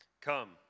Come